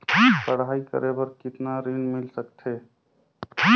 पढ़ाई करे बार कितन ऋण मिल सकथे?